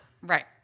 Right